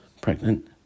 pregnant